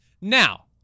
now